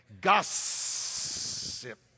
Gossip